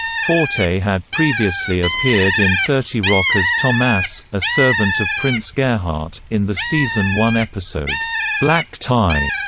forte had previously appeared in thirty rock as tomas, a servant of prince gerhardt, in the season one episode black tie.